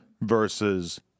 versus